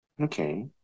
Okay